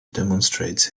demonstrates